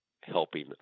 helping